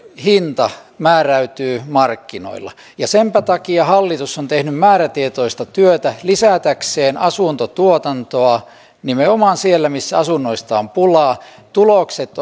hinta määräytyy markkinoilla ja senpä takia hallitus on tehnyt määrätietoista työtä lisätäkseen asuntotuotantoa nimenomaan siellä missä asunnoista on pulaa tulokset